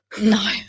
no